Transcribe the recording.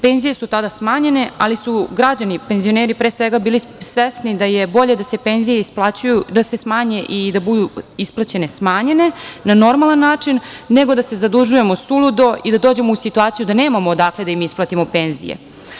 Penzije su tada smanjene, ali su građani, penzioneri pre svega bili svesni da je bolje da se penzije smanje i da budu isplaćene smanjene na normalan način nego da se zadužujemo suludo i da dođemo u situaciju da nemamo odakle da im isplatimo penzije.